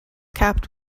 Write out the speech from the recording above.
capped